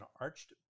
arched